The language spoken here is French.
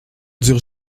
dure